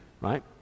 right